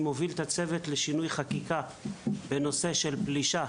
אני מוביל את הצוות לשינוי חקיקה בנושא של פלישה.